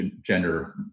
gender